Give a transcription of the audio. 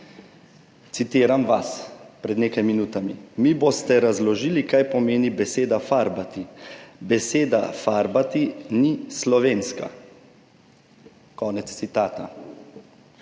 Citiram vas izpred nekaj minut: »Mi boste razložili, kaj pomeni beseda farbati. Beseda farbati ni slovenska.« Konec citata.